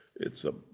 it's a,